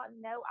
no